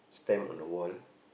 stamp on the wall